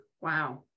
wow